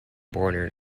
border